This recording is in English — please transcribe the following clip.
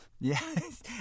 Yes